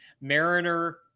Mariner